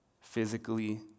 physically